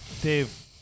Dave